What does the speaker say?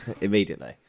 immediately